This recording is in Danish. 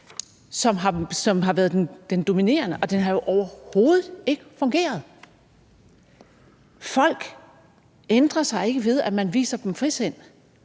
der har været den dominerende, og den har jo overhovedet ikke fungeret. Folk ændrer sig ikke, ved at man viser dem frisind,